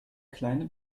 kleine